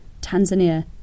Tanzania